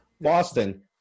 Boston